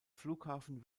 flughafen